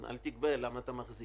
אל תגבה למה אתה מחזיר?